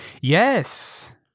Yes